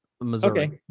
Missouri